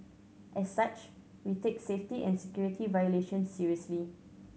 as such we take safety and security violations seriously